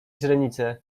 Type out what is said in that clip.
źrenice